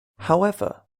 however